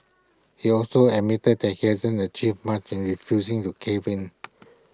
he also admitted that he hasn't achieved much in refusing to cave in